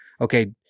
okay